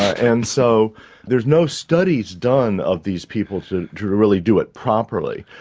and so there's no studies done of these people to to really do it properly.